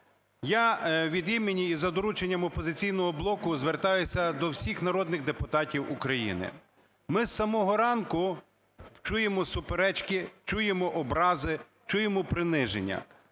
Я від імені і за дорученням "Опозиційного блоку" звертаюся до всіх народних депутатів України. Ми з самого ранку чуємо суперечки, чуємо образи, чуємо приниження.